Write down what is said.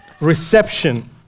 reception